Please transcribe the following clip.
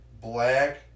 Black